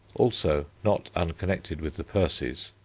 also not unconnected with the percies,